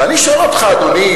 ואני שואל אותך, אדוני